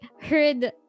heard